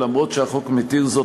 אף שהחוק מתיר זאת,